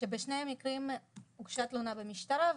ובשני המקרים הוגשה תלונה במשטרה,